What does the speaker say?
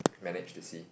manage to see